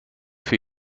für